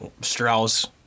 Strauss